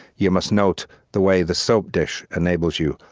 you must note the way the soap dish enables you,